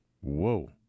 Whoa